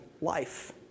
life